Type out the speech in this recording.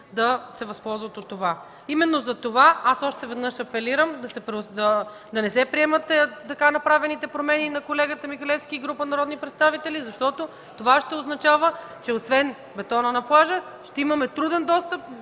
отново в скалите. Именно затова още веднъж апелирам – да не се приемат така направените промени на колегата Михалевски и група народни представители, защото това ще означава, че освен бетона на плажа, ще имаме труден достъп